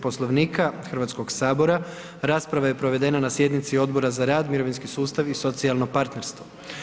Poslovnika Hrvatskog sabora, rasprava je provedena na sjednici Odbora za rad, mirovinski sustav i socijalno partnerstvo.